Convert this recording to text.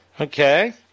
Okay